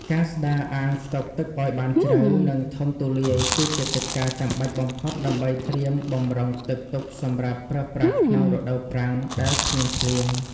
ការស្តារអាងស្តុកទឹកឱ្យបានជ្រៅ និងធំទូលាយគឺជាកិច្ចការចាំបាច់បំផុតដើម្បីត្រៀមបម្រុងទឹកទុកសម្រាប់ប្រើប្រាស់ក្នុងរដូវប្រាំងដែលគ្មានភ្លៀង។